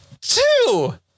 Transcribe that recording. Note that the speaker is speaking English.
Two